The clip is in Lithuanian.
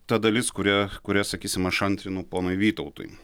ta dalis kuria kuria sakysim aš antrinu ponui vytautui